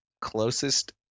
closest